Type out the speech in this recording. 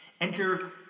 Enter